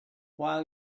while